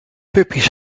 puppy’s